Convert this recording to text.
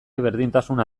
berdintasuna